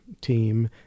team